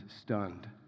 stunned